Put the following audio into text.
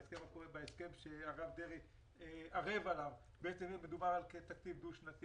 בהסכם שהרב דרעי ערב עליו מדובר על תקציב דו-שנתי